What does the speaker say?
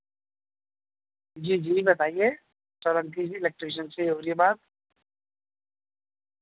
جی جی بتائیے سرنکز الیکٹریشین سے ہو رہی ہے بات